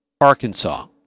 Arkansas